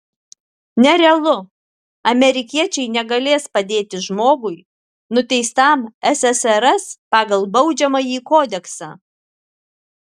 nerealu amerikiečiai negalės padėti žmogui nuteistam ssrs pagal baudžiamąjį kodeksą